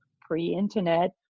pre-internet